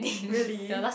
really